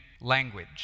language